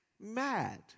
mad